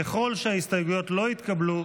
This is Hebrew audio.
ככל שההסתייגויות לא יתקבלו,